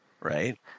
Right